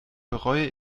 bereue